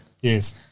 Yes